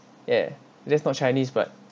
ya that's not chinese but